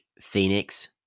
Phoenix